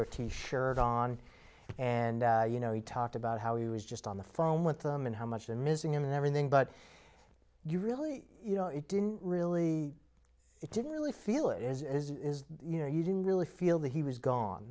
or t shirt on and you know he talked about how he was just on the phone with them and how much they're missing him and everything but do you really you know it didn't really it didn't really feel it is as it is you know you didn't really feel that he was gone